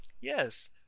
Yes